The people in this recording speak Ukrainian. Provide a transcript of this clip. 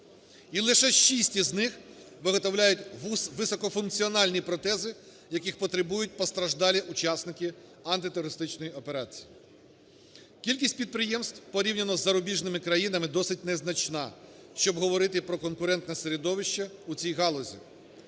і лише 6 із них виготовляютьвисокофункціональні протези, яких потребують постраждалі учасники антитерористичної операції. Кількість підприємств порівняно з зарубіжними країнами досить незначна, щоб говорити про конкурентне середовище у цій галузі.